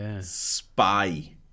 Spy